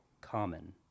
common